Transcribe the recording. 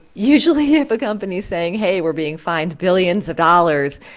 usually, if a company's saying hey we're being fined billions of dollars,